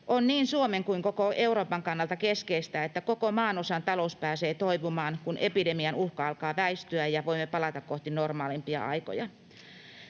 On niin Suomen kuin koko Euroopan kannalta keskeistä, että koko maanosan talous pääsee toipumaan, kun epidemian uhka alkaa väistyä ja voimme palata kohti normaalimpia aikoja.